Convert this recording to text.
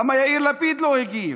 למה יאיר לפיד לא הגיב?